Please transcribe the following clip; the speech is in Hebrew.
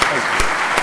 הפלסטינים.